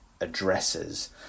addresses